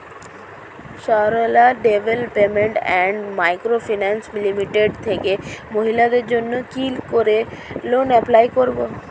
Sarala development and micro finance limited থেকে মহিলাদের জন্য কি করে লোন এপ্লাই করব?